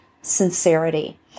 sincerity